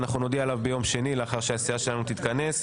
אנחנו נודיע עליו ביום שני לאחר שהסיעה שלנו תתכנס.